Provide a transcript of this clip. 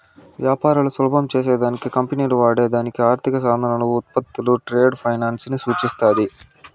వ్యాపారాలు సులభం చేసే దానికి కంపెనీలు వాడే దానికి ఆర్థిక సాధనాలు, ఉత్పత్తులు ట్రేడ్ ఫైనాన్స్ ని సూచిస్తాది